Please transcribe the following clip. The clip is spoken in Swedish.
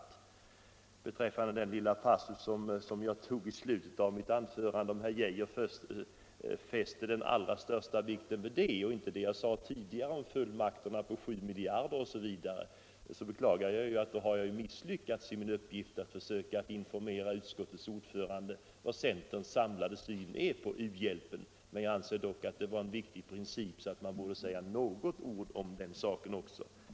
Om herr Arne Geijer fäster den allra största vikten vid den lilla passusen i slutet av mitt anförande och inte tar upp det jag dessförinnan sade om fullmakterna på 7 miljarder osv., så beklagar jag att jag har misslyckats i min uppgift att försöka informera utskottets ordförande om centerns samlade syn på u-hjälpen. Jag ansåg emellertid att det var fråga om en viktig princip, så att man borde säga några ord om den saken också.